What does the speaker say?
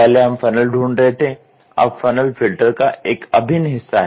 पहले हम फ़नल ढूंढ रहे थे अब फ़नल फ़िल्टर का एक अभिन्न हिस्सा है